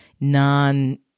non